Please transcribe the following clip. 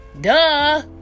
Duh